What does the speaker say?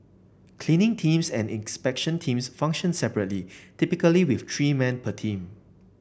cleaning teams and inspection teams function separately typically with three men per team